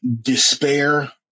despair